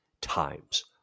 times